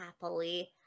Happily